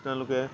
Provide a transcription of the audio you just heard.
তেওঁলোকে